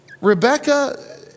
Rebecca